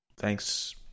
Thanks